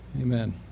amen